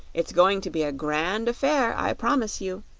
it's going to be a grand affair, i promise you.